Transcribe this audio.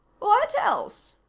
what else?